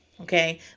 okay